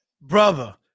brother